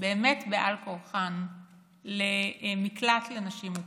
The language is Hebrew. באמת בעל כורחן למקלט לנשים מוכות,